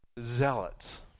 Zealots